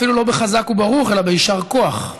אפילו לא ב"חזק וברוך" אלא ב"יישר כוח",